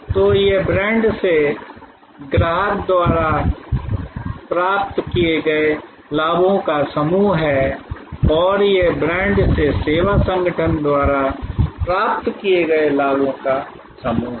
तो ये ब्रांड से ग्राहक द्वारा प्राप्त किए गए लाभों का समूह हैं और ये ब्रांड से सेवा संगठन द्वारा प्राप्त किए गए लाभों का समूह हैं